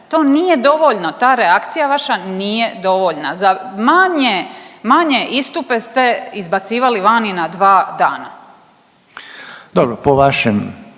To nije dovoljno ta reakcija vaša nije dovoljna za manje, manje istupe ste izbacivali vani na dva dana. **Reiner, Željko